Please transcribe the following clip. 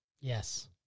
Yes